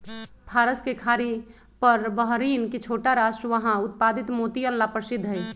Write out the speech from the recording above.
फारस के खाड़ी पर बहरीन के छोटा राष्ट्र वहां उत्पादित मोतियन ला प्रसिद्ध हई